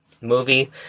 Movie